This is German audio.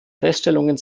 feststellungen